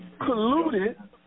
colluded